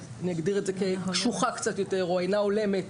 אני אגדיר את זה כקשוחה קצת יותר או אינה הולמת.